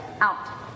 out